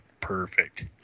perfect